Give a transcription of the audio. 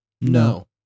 No